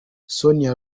sonia